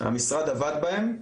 המשרד עבד בהם.